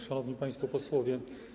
Szanowni Państwo Posłowie!